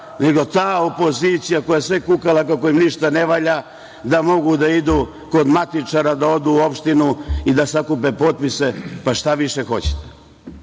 nego ta opozicija, koja je sve kukala kako im ništa ne valja, da mogu da idu kod matičara u opštinu i da sakupe potpise. Pa, šta više hoćete? To